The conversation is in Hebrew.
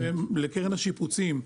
לקרן השיפוצים,